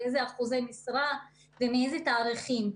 באיזה אחוזי משרה ומאיזה תאריכים.